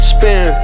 Spin